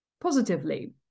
positively